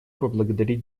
поблагодарить